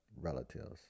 relatives